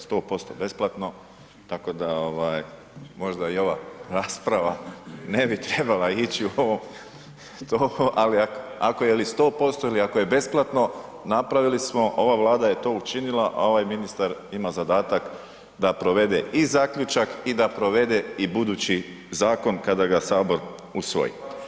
100% besplatno, tako da ovaj, možda i ova rasprava ne bi trebala ići u ovom to, ali ako je ili ako je besplatno, napravili smo, ova Vlada je to učinila, a ovaj ministar ima zadatak da provede i zaključak i da provede i budući zakon kada ga Sabor usvoji.